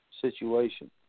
Situation